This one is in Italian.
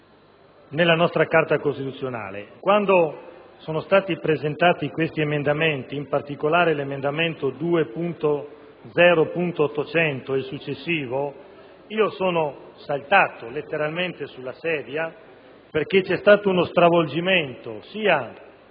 nella nostra Carta costituzionale. Quando sono stati presentati questi emendamenti, in particolare l'emendamento 2.0.800 ed i successivi, io sono letteralmente saltato sulla sedia, perché c'è stato uno stravolgimento sia